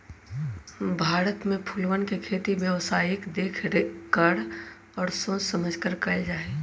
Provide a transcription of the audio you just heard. भारत में फूलवन के खेती व्यावसायिक देख कर और सोच समझकर कइल जाहई